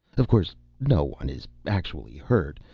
of course no one is actually hurt.